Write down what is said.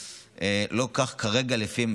צריך לקבל תוספת משמעותית.